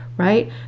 right